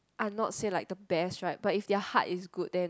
are not say like the best right but if their heart is good then